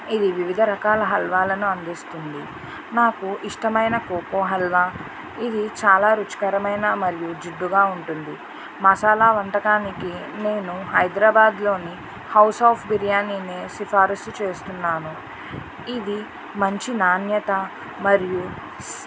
ఇది వివిధ రకాల హల్వాలను అందిస్తుంది నాకు ఇష్టమైన కోకో హల్వా ఇది చాలా రుచికరమైన మరియు జిడ్డుగా ఉంటుంది మసాల వంటకానికి నేను హైదరాబాద్లోని హౌస్ ఆఫ్ బిర్యానీ సిఫార్సు చేస్తున్నాను ఇది మంచి నాణ్యత మరియు స్